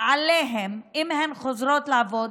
כך שאם הן חוזרות לעבוד,